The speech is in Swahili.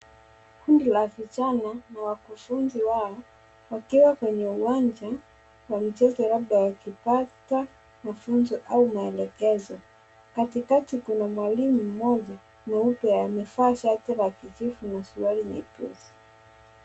Kundi la vijana na wakufunzi wao, wakiwa kwenye uwanja wa michezo labda wakipata mafunzo au maelekezo. Katikati kuna mwalimu mmoja mweupe amevaa shati la kijivu na suruali nyepesi.